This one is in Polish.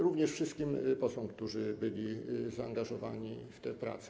Również wszystkim posłom, którzy byli zaangażowani w te prace.